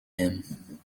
him